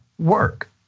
work